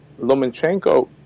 Lomachenko